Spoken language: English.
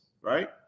right